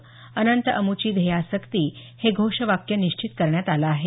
अनंत अमुची ध्येयासक्ती हे घोषवाक्य निश्चित करण्यात आलं आहे